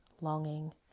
longing